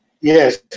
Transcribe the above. Yes